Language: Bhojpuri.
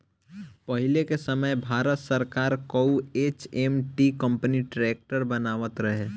पहिले के समय भारत सरकार कअ एच.एम.टी कंपनी ट्रैक्टर बनावत रहे